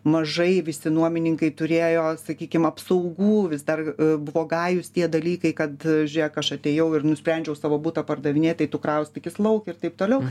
mažai visi nuomininkai turėjo sakykim apsaugų vis dar buvo gajūs tie dalykai kad žiūrėk aš atėjau ir nusprendžiau savo butą pardavinėt tai tu kraustykis lauk ir taip toliau